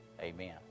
Amen